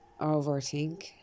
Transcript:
overthink